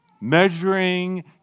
measuring